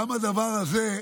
גם הדבר הזה,